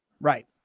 Right